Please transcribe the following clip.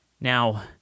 Now